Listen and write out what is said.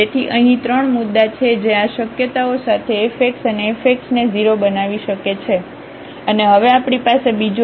તેથી અહીં ત્રણ મુદ્દા છે જે આ શક્યતાઓ સાથે આ fx અને fxને 0 બનાવી શકે છે અને હવે આપણી પાસે બીજો એક છે